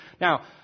now